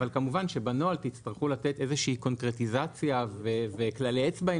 אבל כמובן שבנוהל תצטרכו לתת איזושהי קונקרטיזציה וכללי אצבע,